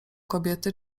kobiety